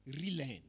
relearn